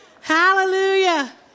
Hallelujah